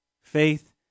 Faith